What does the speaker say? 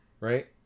right